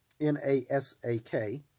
N-A-S-A-K